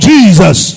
Jesus